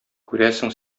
күрәсең